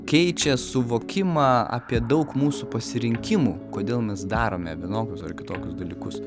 keičia suvokimą apie daug mūsų pasirinkimų kodėl mes darome vienokius ar kitokius dalykus